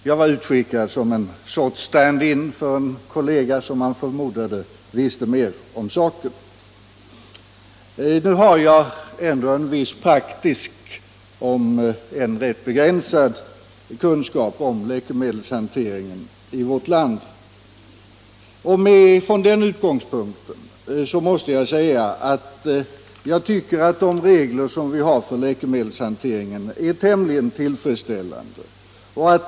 Jag var utskickad som en sorts stand in för en kollega, som man förmodade visste mer om saken. Jag har ändå en viss praktisk, om än rätt begränsad, kunskap om läkemedelshanteringen i vårt land. Och från den utgångspunkten måste jag säga att jag tycker att de regler vi har för läkemedelshanteringen är tämligen tillfredsställande.